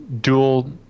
dual